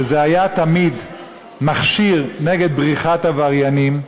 שהיה תמיד מכשיר נגד בריחת עבריינים,